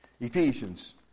Ephesians